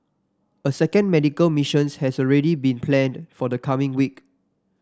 a second medical missions has already been planned for the coming week